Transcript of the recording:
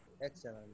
Excellent